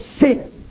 sin